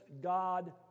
God